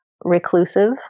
reclusive